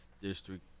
district